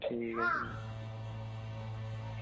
ठीक ऐ जनाब